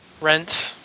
rent